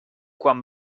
quan